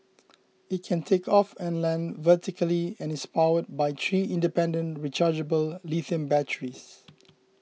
it can take off and land vertically and is powered by three independent rechargeable lithium batteries